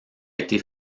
été